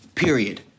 period